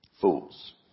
Fools